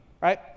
right